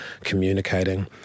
communicating